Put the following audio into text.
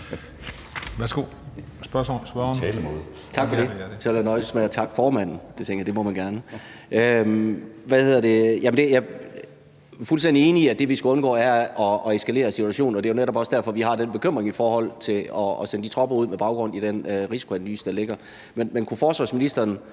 (EL): Så vil jeg nøjes med at takke formanden. Jeg tænker, at det må man gerne. Jeg er fuldstændig enig i, at det, vi skal undgå, er at eskalere situationen. Det er jo netop også derfor, at vi har den bekymring i forhold til at sende de tropper ud med baggrund i den risikoanalyse, der foreligger. Men kunne forsvarsministeren